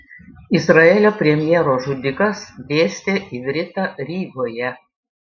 izraelio premjero žudikas dėstė ivritą rygoje